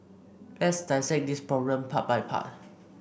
let's dissect this problem part by part